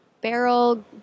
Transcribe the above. barrel